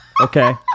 okay